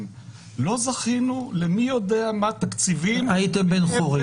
לא זכינו למי יודע מה תקציבים -- היית בן חורג,